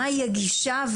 מהי הגישה,